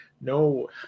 no